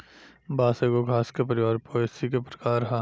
बांस एगो घास के परिवार पोएसी के प्रकार ह